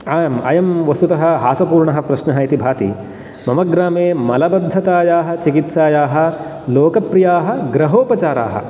आम् अयं वस्तुतः हासपूर्णः प्रश्नः इति भाति मम ग्रामे मलबद्धतायाः चिकित्सायाः लोकप्रियाः गृहोपचाराः